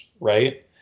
right